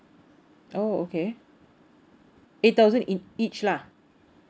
oh okay eight thousand in each lah